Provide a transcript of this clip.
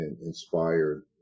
inspired